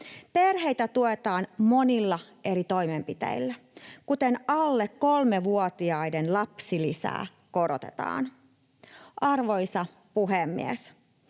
Perheitä tuetaan monilla eri toimenpiteillä, kuten sillä, että alle kolmevuotiaiden lapsilisää korotetaan. Arvoisa puhemies!